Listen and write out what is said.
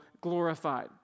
glorified